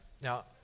Now